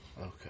Okay